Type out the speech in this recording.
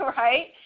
right